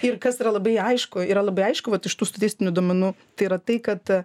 ir kas yra labai aišku yra labai aišku vat iš tų statistinių duomenų tai yra tai kad